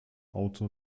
auto